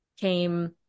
came